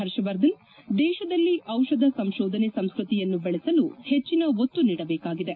ಹರ್ಷವರ್ಧನ್ ದೇಶದಲ್ಲಿ ದಿಷಧ ಸಂಶೋಧನೆ ಸಂಸ್ಕತಿಯನ್ನು ಬೆಳೆಸಲು ಹೆಚ್ಚಿನ ಒತ್ತು ನೀಡಬೇಕಾಗಿದೆ